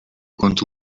كنت